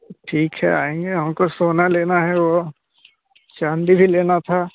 ठीक है आएँगे हमको सोना लेना है और वह चाँदी भी लेना था